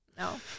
No